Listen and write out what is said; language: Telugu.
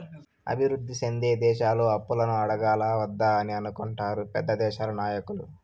అభివృద్ధి సెందే దేశాలు అప్పులను అడగాలా వద్దా అని అనుకుంటారు పెద్ద దేశాల నాయకులు